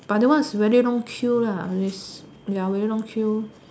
but that one is very long queue lah is ya very long queue